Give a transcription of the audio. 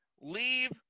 leave